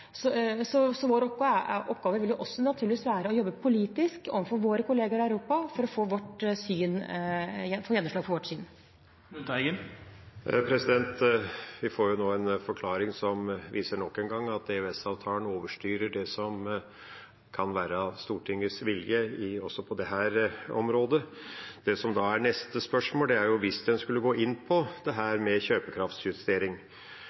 for å få gjennomslag for vårt syn. Vi får nå en forklaring som viser – nok en gang – at EØS-avtalen overstyrer det som kan være Stortingets vilje også på dette området. Det som er neste spørsmål, er hvis en skulle gå inn på kjøpekraftsjustering, vil da statsråden gå inn for at det